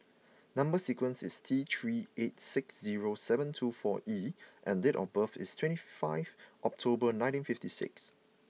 number sequence is T three eight six zero seven two four E and date of birth is twenty five October nineteen fifty six